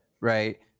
right